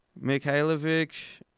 Mikhailovich